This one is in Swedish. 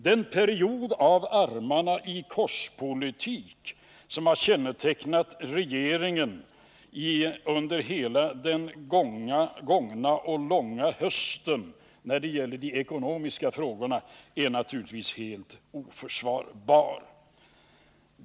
Den period av armarnar-i-kors-politik som har kännetecknat regeringen under hela den gångna och långa hösten när det gäller de ekonomiska frågorna är naturligtvis helt oförsvarbar.